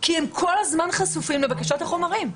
כי הם כל הזמן חשופים לבקשות לחומרים.